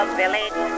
village